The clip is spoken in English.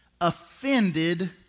offended